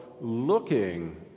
looking